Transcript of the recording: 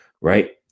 right